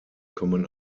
kommen